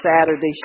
saturday